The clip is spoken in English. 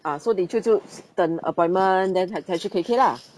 ah so 你就就等 appointment then 才才去 K_K lah